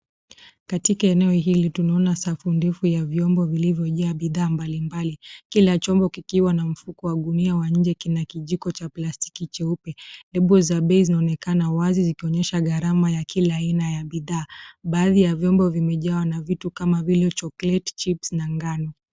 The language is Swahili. Katika eneo hili tunaona safu ndefu ya vyombo vilivyojaa bidhaa mbalimbali. Kila chombo kikiwa na mfuko wa gunia wa nje kina kijiko cha plastiki cheupe. Debuo za bezi zinonekana wazi zikionyesha gharama ya kila ina ya bidhaa. Baadhi ya vyombo vimejawa na vitu kama vile (cs)chocolate, chips(cs) na ngano.